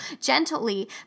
gently